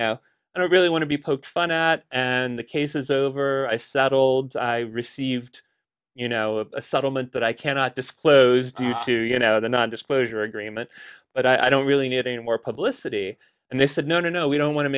know i don't really want to be poked fun at and the case is over i settled i received you know a settlement that i cannot disclose due to you know the non disclosure agreement but i don't really need any more publicity and they said no no we don't want to